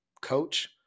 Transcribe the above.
coach